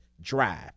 drive